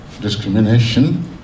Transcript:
discrimination